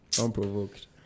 Unprovoked